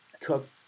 cook